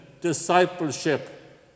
discipleship